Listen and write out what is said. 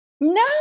No